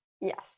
Yes